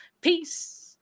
Peace